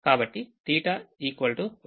కాబట్టి θ1